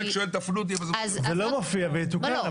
זה לא מופיע, ויתוקן.